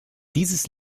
dieses